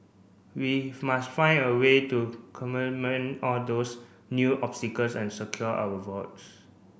we must find a way to all those new obstacles and secure our votes